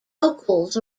locals